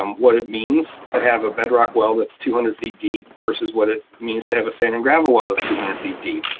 um what it means to have a bedrock well that's two hundred feet deep versus what it means to have a sand and gravel well that's two hundred feet deep.